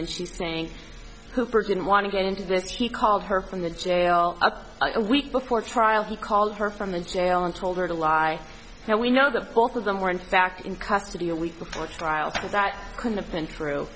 and she's saying hooper didn't want to get into this he called her from the jail up a week before trial he called her from the jail and told her to lie and we know the fourth of them were in fact in custody a week before trial because that couldn't have been true